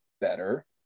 better